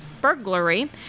burglary